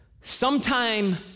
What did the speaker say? sometime